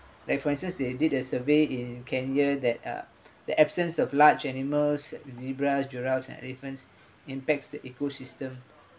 references they did a survey in kenya that uh the absence of large animals zebras giraffes and elephants impacts the ecosystem